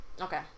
Okay